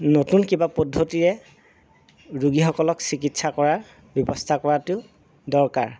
নতুন কিবা পদ্ধতিৰে ৰোগীসকলক চিকিৎসা কৰা ব্যৱস্থা কৰাতো দৰকাৰ